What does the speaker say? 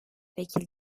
vekil